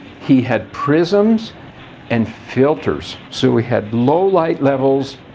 he had prisms and filters. so we had low light levels,